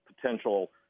potential